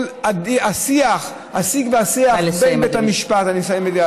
כל השיג והשיח בין בית המשפט, נא לסיים, אדוני.